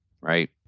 right